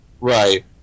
Right